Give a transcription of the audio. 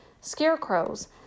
Scarecrows